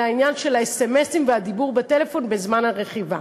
זה לעניין הסמ"סים והדיבור בטלפון בזמן הרכיבה.